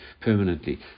permanently